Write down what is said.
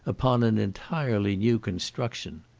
upon an entirely new construction.